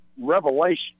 revelation